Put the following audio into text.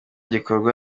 gikorwa